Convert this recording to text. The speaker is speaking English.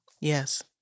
Yes